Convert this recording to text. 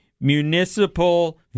Municipal